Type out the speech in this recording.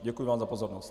Děkuji vám za pozornost.